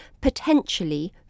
potentially